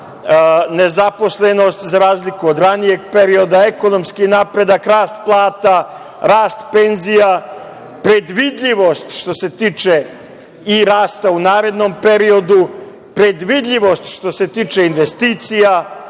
nezaposlenost za razliku od ranijeg perioda, ekonomski napredak, rast plata, rast penzija, predvidljivost što se tiče i rasta u narednom periodu, predvidljivost što se tiče investicija,